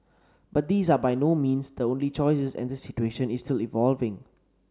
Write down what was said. but these are by no means the only choices and the situation is still evolving